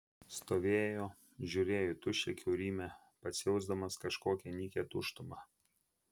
stovėjo žiūrėjo į tuščią kiaurymę pats jausdamas kažkokią nykią tuštumą